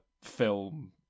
film